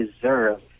deserve